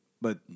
but-